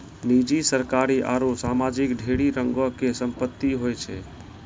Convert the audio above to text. निजी, सरकारी आरु समाजिक ढेरी रंगो के संपत्ति होय छै